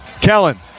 Kellen